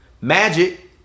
Magic